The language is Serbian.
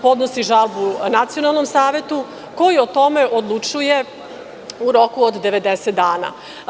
Podnosi žalbu Nacionalnom savetu koji o tome odlučuje u roku od 90 dana.